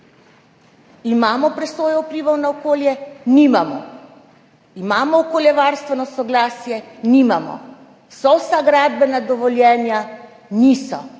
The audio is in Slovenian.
Imamo presojo vplivov na okolje? Nimamo. Imamo okoljevarstveno soglasje? Nimamo. So vsa gradbena dovoljenja? Niso.